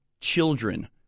children